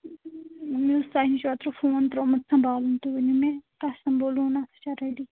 مےٚ اوس تۄہہِ نِش اوٗترٕ فون ترٛوومُت سَمبالُن تُہۍ ؤنِو مےٚ تۄہہِ سَمبولوٕ نا سُہ چھا ریڈی